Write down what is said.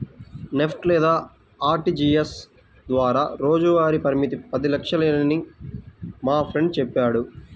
NEFT లేదా RTGS ద్వారా రోజువారీ పరిమితి పది లక్షలేనని మా ఫ్రెండు చెప్పాడు